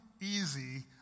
easy